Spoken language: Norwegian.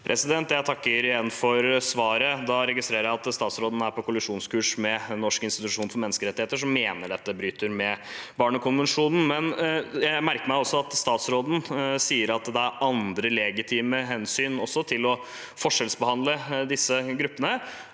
Jeg takker igjen for svaret. Da registrerer jeg at statsråden er på kollisjonskurs med Norges institusjon for menneskerettigheter, som mener dette bryter med barnekonvensjonen. Jeg merker meg at statsråden sier at det også er «andre legitime» hensyn knyttet til å forskjellsbehandle disse gruppene.